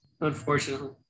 unfortunately